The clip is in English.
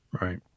Right